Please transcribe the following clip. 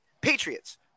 Patriots